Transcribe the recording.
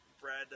Brad